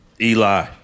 Eli